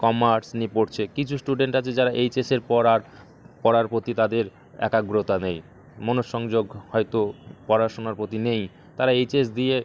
commerce নিয়ে পড়ছে কিছু স্টুডেন্ট আছে যারা এইচ এসের পর আর পড়ার প্রতি তাদের একাগ্রতা নেই মনঃসংযোগ হয়তো পড়াশোনার প্রতি নেই তারা এইচ এস দিয়ে